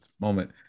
moment